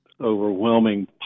overwhelming